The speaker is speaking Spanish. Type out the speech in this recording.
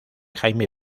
jaime